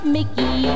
Mickey